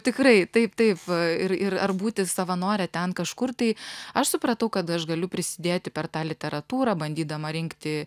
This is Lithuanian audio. tikrai taip taip ir ir ar būti savanore ten kažkur tai aš supratau kad aš galiu prisidėti per tą literatūrą bandydama rinkti